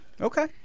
Okay